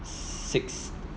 six